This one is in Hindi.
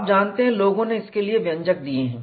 आप जानते हैं लोगों ने इसके लिए व्यंजक दिए हैं